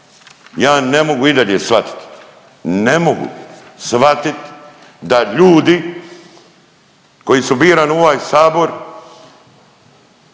Ja ne mogu i dalje shvatiti, ne mogu shvatiti da ljudi koji su birani u ovaj Sabor